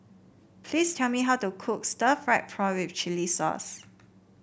please tell me how to cook Stir Fried with Chili Sauce